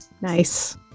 Nice